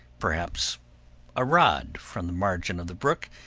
perhaps a rod from the margin of the brook,